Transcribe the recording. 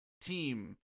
Team